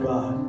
God